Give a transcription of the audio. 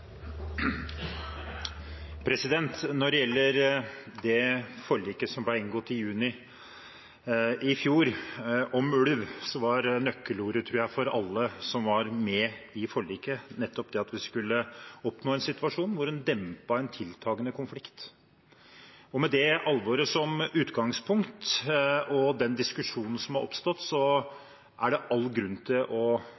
Når det gjelder forliket om ulv som ble inngått i juni i fjor, tror jeg at nøkkelordet for alle som var med i forliket, nettopp var at vi skulle oppnå en situasjon hvor en dempet en tiltakende konflikt. Med det alvoret som utgangspunkt og med diskusjonen som har oppstått,